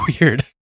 weird